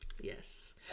Yes